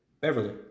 Beverly